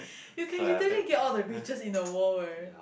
you can literally get all the riches in the world eh